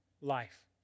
life